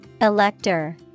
Elector